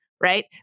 right